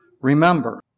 Remember